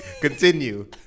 Continue